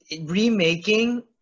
remaking